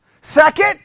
Second